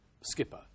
skipper